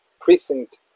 precinct